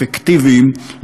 אפקטיביים,